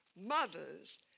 mothers